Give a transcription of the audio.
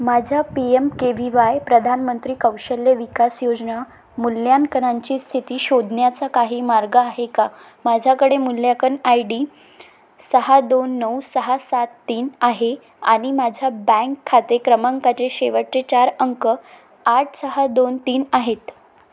माझ्या P M K V Y प्रधानमंत्री कौशल्य विकास योजना मूल्यांकनांची स्थिती शोधण्याचा काही मार्ग आहे का माझ्याकडे मूल्यांकन आय डी सहा दोन नऊ सहा सात तीन आहे आणि माझ्या बँक खाते क्रमांकाचे शेवटचे चार अंक आठ सहा दोन तीन आहेत